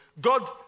God